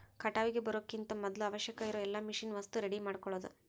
ಕಟಾವಿಗೆ ಬರುಕಿಂತ ಮದ್ಲ ಅವಶ್ಯಕ ಇರು ಎಲ್ಲಾ ಮಿಷನ್ ವಸ್ತು ರೆಡಿ ಮಾಡ್ಕೊಳುದ